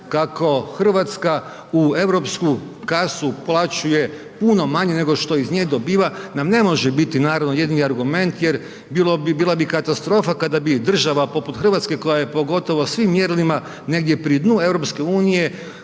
kako Hrvatska u europsku kasu uplaćuje puno manje nego što iz nje dobiva nam ne biti naravno jedini argument jer bila bi katastrofa kada bi država poput Hrvatske koja je po gotovo svim mjerilima negdje pri dnu